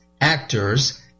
actors